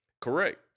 Correct